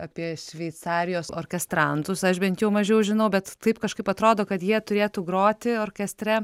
apie šveicarijos orkestrantus aš bent jau mažiau žinau bet taip kažkaip atrodo kad jie turėtų groti orkestre